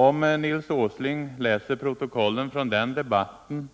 Om Nils Åsling läser protokollen från den debatten